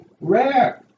rare